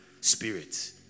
spirit